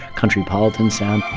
countrypolitan sound.